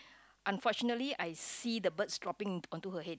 unfortunately I see the birds dropping onto her head